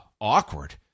awkward